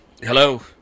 Hello